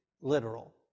literal